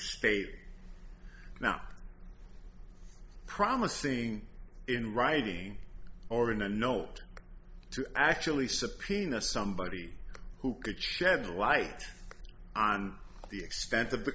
speight now promising in writing or in a note to actually subpoena somebody who could shed light on the extent of the